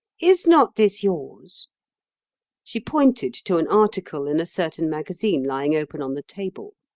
is not this yours she pointed to an article in a certain magazine lying open on the table.